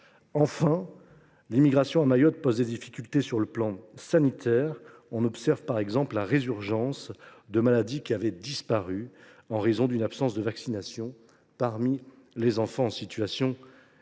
Enfin, l’immigration à Mayotte pose des difficultés sanitaires. On observe par exemple la résurgence de maladies qui avaient disparu, en raison d’une absence de vaccination chez les enfants en situation irrégulière.